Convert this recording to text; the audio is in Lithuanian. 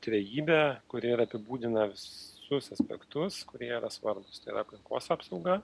trejybė kuri ir apibūdina visus aspektus kurie yra svarbūs tai yra aplinkos apsauga